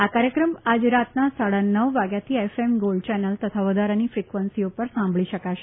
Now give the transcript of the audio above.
આ કાર્યક્રમ આજે રાતના સાડા નવ વાગ્યાથી એફએમ ગોલ્ડ ચેનલ તથા વધારાની ફિક્વન્સીઓ પરથી સાંભળી શકાશે